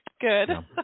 good